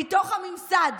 מתוך הממסד,